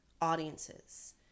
audiences